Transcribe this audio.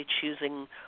choosing